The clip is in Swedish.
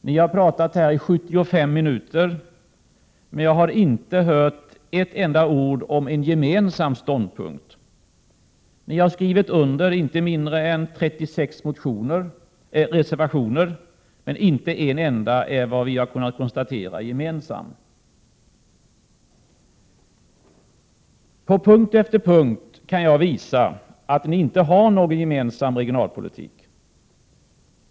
Ni har talat här i 75 minuter, men jag har inte hört ett enda ord om en gemensam ståndpunkt. Ni har skrivit inte mindre än 36 reservationer, men inte en enda är, som vi har kunnat konstatera, gemensam. På punkt efter punkt kan jag visa att ni inte har någon gemensam regionalpolitik.